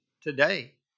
Today